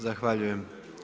Zahvaljujem.